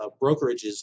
brokerages